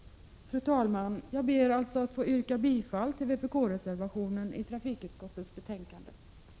Fru talman! Jag ber att få yrka bifall till vpk-reservationen vid trafikutskottets betänkande nr 10.